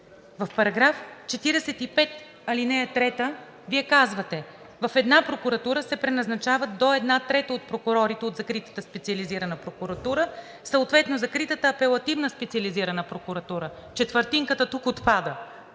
В § 45, ал. 3 казвате – в една прокуратура се преназначават до една трета от прокурорите от закритата Специализирана прокуратура, съответно закритата Апелативна специализирана прокуратура. Четвъртинката тук отпада.